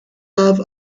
love